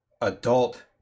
adult